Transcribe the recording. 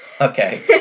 Okay